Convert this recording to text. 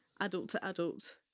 adult-to-adult